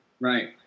Right